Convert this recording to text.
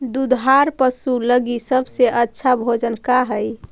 दुधार पशु लगीं सबसे अच्छा भोजन का हई?